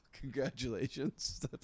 Congratulations